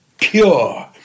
pure